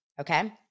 Okay